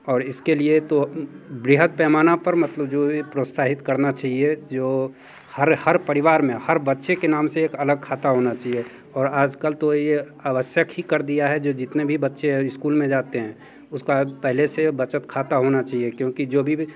और इसके लिए तो बृहद पैमाना पर मतलब जो ये प्रोत्साहित करना चाहिए जो हर हर परिवार में हर बच्चे के नाम से एक अलग खाता होना चाहिए और आज कल तो यह आवश्यक ही कर दिया है जो जितने भी बच्चे हैं इस्कूल में जाते हैं उसका पहले से बचत खाता होना चाहिए क्योंकि जो भी भी